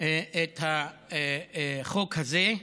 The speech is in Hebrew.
את החוק הזה.